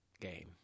game